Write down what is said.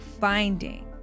finding